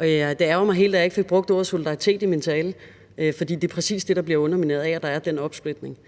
Det ærgrer mig helt, at jeg ikke fik brugt ordet solidaritet i min tale, for det er præcis det, der bliver undermineret af, at der er den opsplitning.